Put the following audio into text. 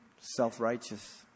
self-righteous